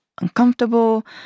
uncomfortable